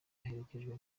aherekejwe